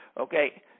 Okay